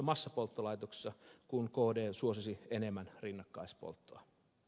massapolttolaitoksissa kun kd suosisi enemmän rinnakkaispolttoa